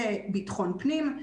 זה בטחון פנים,